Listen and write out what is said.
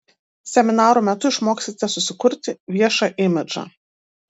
seminarų metu išmoksite susikurti viešą imidžą